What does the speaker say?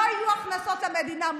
לא יהיו הכנסות למדינה.